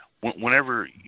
whenever